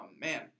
man